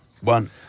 one